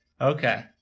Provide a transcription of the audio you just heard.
Okay